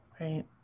right